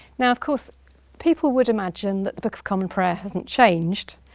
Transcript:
now of course people would imagine that the book of common prayer hasn't changed